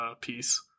piece